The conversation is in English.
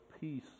peace